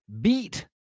beat